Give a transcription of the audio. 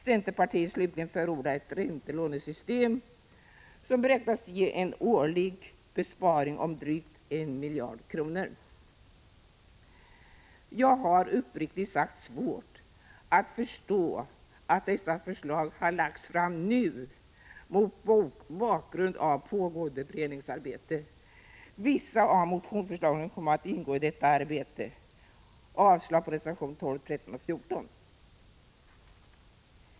Centerpartiet, slutligen, förordar ett räntelånesystem som beräknas ge en årlig besparing om drygt 1 miljard kronor. Jag har, uppriktigt sagt, svårt att förstå att dessa förslag har lagts fram nu mot bakgrund av pågående beredningsarbete. Vissa av motionsförslagen kommer att ingå i detta arbete. Jag yrkar avslag på reservationerna 12, 13 och 14.